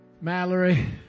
Mallory